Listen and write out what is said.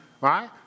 Right